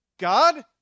God